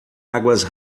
águas